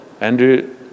Andrew